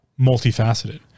multifaceted